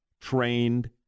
trained